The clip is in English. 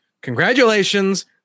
Congratulations